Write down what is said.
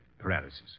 Paralysis